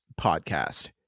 podcast